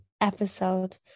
episode